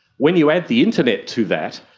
when you add the internet to that,